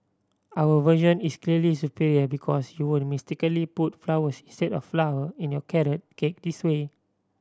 our version is clearly superior because you won't mistakenly put flowers instead of flour in your carrot cake this way